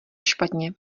špatně